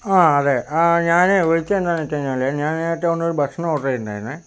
ആ അതെ ആ ഞാന് വിളിച്ചത് എന്താന്ന് വച്ച് കഴിഞ്ഞാല് ഞാന് നേരത്തെ അവിടുന്ന് ഭക്ഷണം ഓർഡറ് ചെയ്തിട്ടുണ്ടായിരുന്നു